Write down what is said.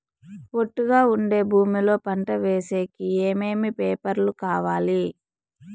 ఒట్టుగా ఉండే భూమి లో పంట వేసేకి ఏమేమి పేపర్లు కావాలి?